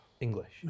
English